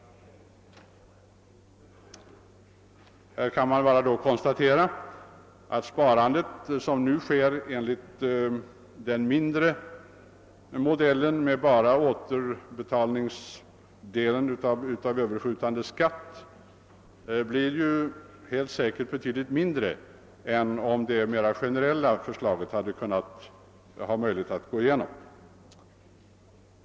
Här kan man då bara konstatera att det sparande som nu sker enligt den mindre modellen, dvs. enbart med återbetalningsdelen av Ööverskjutande skatt, helt säkert kommer att bli betydligt mindre än om det mera generella förslaget hade haft möjlighet att gå igenom.